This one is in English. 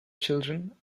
children